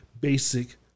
basic